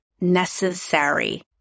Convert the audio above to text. necessary